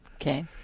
Okay